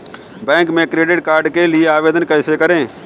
Bank में credit card के लिए आवेदन कैसे करें?